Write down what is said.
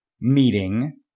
meeting